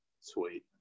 Sweet